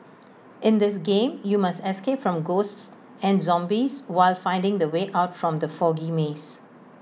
in this game you must escape from ghosts and zombies while finding the way out from the foggy maze